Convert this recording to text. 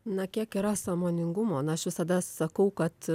na kiek yra sąmoningumo na aš visada sakau kad